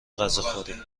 غذاخوری